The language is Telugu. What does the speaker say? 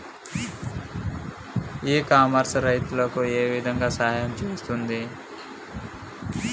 ఇ కామర్స్ రైతులకు ఏ విధంగా సహాయం చేస్తుంది?